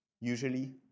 Usually